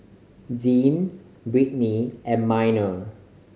Dean Brittany and Minor